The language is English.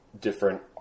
different